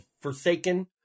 Forsaken